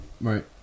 right